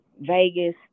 Vegas